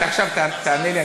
אתה עכשיו תענה לי,